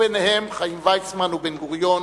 וביניהם חיים ויצמן ובן-גוריון,